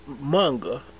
manga